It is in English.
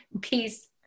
peace